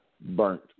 burnt